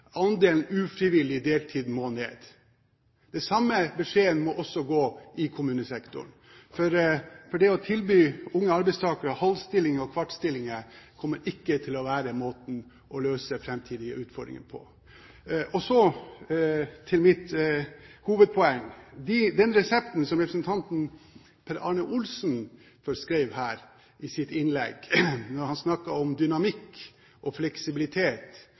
andelen ufrivillig deltid må ned. Den samme beskjeden må også gå til kommunesektoren, for det å tilby unge arbeidstakere halve og kvarte stillinger kommer ikke til å være måten å løse framtidige utfordringer på. Så til mitt hovedpoeng. Den resepten representanten Per Arne Olsen forskrev her i sitt innlegg da han snakket om dynamikk og fleksibilitet,